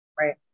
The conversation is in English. Right